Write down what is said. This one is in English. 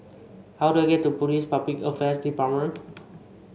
how do I get to Police Public Affairs Department